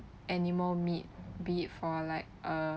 animal meat beef or like uh